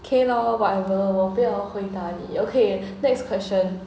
okay lor whatever lor 我不要回答你 okay next question